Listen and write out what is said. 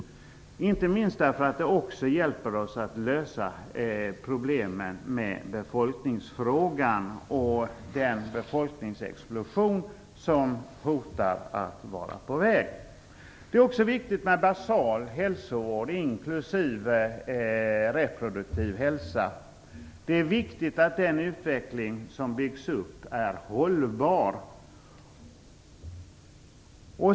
Det gäller inte minst därför att det också hjälper oss att lösa problemen med befolkningsfrågan och den befolkningsexplosion hotar att vara på väg. Det är också viktigt att med basal hälsovård, inklusive reproduktiv hälsa. Det är viktigt att den utveckling som byggs upp är hållbar.